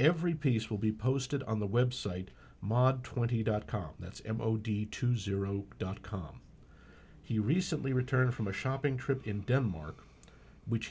every piece will be posted on the website mot twenty dot com that's m o d two zero dot com he recently returned from a shopping trip in denmark which